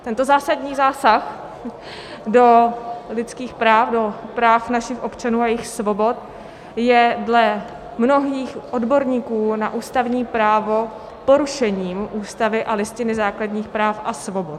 Tento zásadní zásah do lidských práv, do práv našich občanů a jejich svobod, je dle mnohých odborníků na ústavní právo porušením Ústavy a Listiny základních práv a svobod.